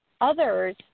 others